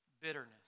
bitterness